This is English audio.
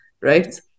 Right